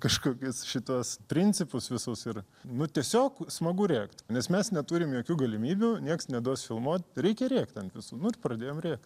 kažkokius šituos principus visus ir nu tiesiog smagu rėkt nes mes neturim jokių galimybių nieks neduos filmuot reikia rėkt ant visų nu ir pradėjom rėkt